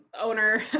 owner